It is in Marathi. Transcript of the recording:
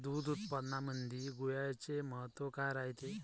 दूध उत्पादनामंदी गुळाचे महत्व काय रायते?